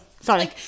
sorry